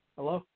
Hello